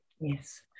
yes